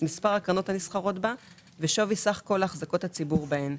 מספר הקרנות הנסחרות בה ושווי סך כל החזקות הציבור בהן,".